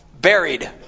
buried